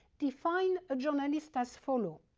defined a journalist as follow.